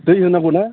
दै होनांगौ ना